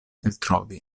eltrovi